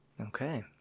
Okay